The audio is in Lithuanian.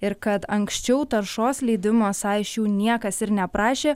ir kad anksčiau taršos leidimo esą iš jų niekas ir neprašė